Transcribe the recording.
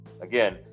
Again